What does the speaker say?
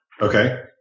Okay